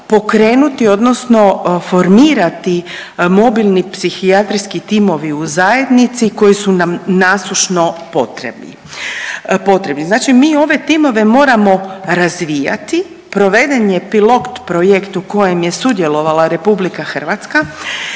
odnosno formirati mobilni psihijatrijski timovi u zajednici koji su nam nasušno potrebni, potrebni. Znači mi ove timove moramo razvijati, proveden je pilot projekt u kojem je sudjelovala RH i pokazala